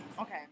Okay